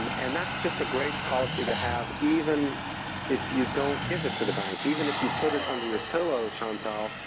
and that's just a great policy to have even if you don't give it to the bank. even if you put it under your pillow, chantal,